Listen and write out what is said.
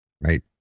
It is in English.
right